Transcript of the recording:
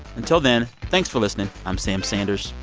until then, thanks for listening. i'm sam sanders.